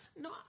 No